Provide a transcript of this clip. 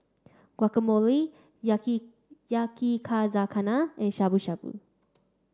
Guacamole Yakizakana and Shabu Shabu